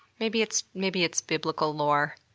maybe it's maybe it's biblical lore.